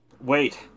Wait